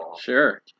Sure